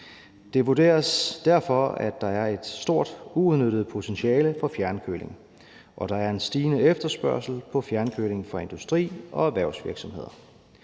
Det vurderes derfor, at der er et stort uudnyttet potentiale for fjernkøling, og der er en stigende efterspørgsel på fjernkøling fra industri- og erhvervsvirksomheder.